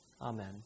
amen